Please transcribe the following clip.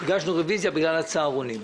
בגלל הצהרונים,